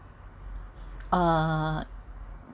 uh